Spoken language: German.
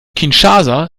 kinshasa